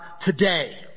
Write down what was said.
today